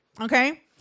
Okay